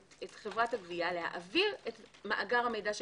חברת הגבייה להעביר את מאגר המידע שלה.